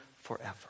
forever